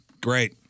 Great